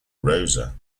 rosa